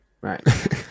right